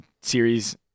series